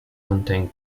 contain